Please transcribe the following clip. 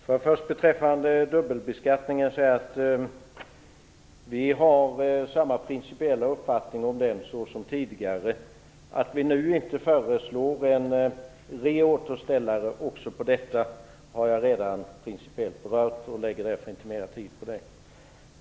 Herr talman! När det gäller dubbelbeskattningen vill jag säga att vi har samma principiella uppfattning som tidigare. Att vi nu inte föreslår en "reåterställare" även på detta område har jag redan principiellt berört. Jag skall därför inte lägga mera tid på det.